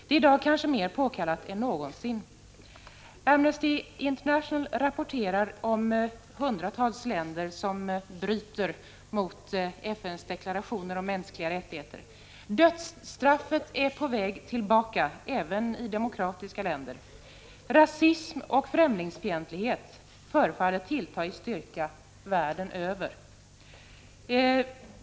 Det är i dag kanske mer påkallat än någonsin. Amnesty International rapporterar om hundratals länder som bryter mot FN:s deklarationer om mänskliga rättigheter. Dödsstraffet är på väg tillbaka även i demokratiska länder. Rasism och främlingsfientlighet förefaller tillta i styrka över hela världen.